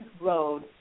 road